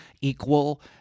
equal